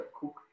cook